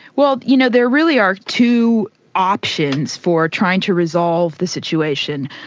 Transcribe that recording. well, you know, there really are two options for trying to resolve the situation.